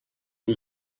ari